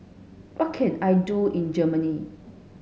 what can I do in Germany